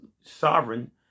sovereign